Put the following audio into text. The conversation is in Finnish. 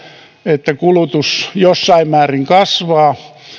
että kulutus jossain määrin kasvaa